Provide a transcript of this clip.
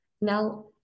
Now